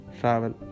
travel